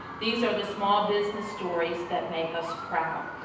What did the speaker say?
these are the small business stories that make us proud.